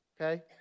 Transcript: Okay